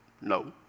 No